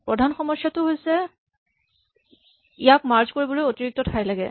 প্ৰধান সমস্যাটো হৈছে ইয়াক মাৰ্জ কৰিবলৈ অতিৰিক্ত ঠাই লাগে